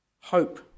hope